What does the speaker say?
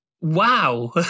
wow